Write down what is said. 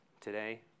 today